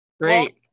Great